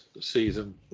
season